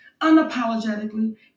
unapologetically